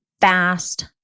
fast